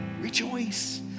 Rejoice